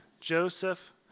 Joseph